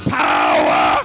power